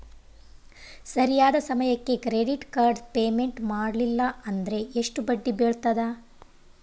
ಸರಿಯಾದ ಸಮಯಕ್ಕೆ credit card payment ಮಾಡಲಿಲ್ಲ ಅಂದ್ರೆ ಎಷ್ಟು ಬಡ್ಡಿ ಬೇಳ್ತದ?